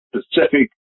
specific